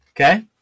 Okay